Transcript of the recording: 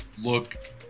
look